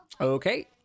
Okay